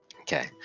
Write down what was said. Okay